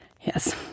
Yes